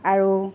আৰু